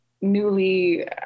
newly